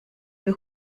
für